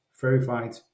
verified